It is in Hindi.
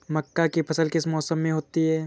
मक्का की फसल किस मौसम में होती है?